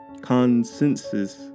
consensus